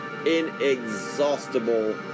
inexhaustible